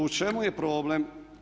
U čemu je problem?